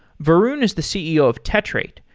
varun is the ceo of tetrate,